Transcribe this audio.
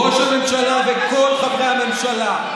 ראש הממשלה וכל חברי הממשלה: